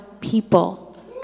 people